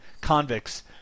Convicts